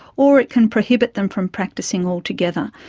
or it can prohibit them from practising altogether.